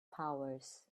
powers